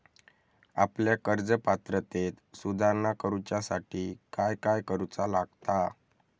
आपल्या कर्ज पात्रतेत सुधारणा करुच्यासाठी काय काय करूचा लागता?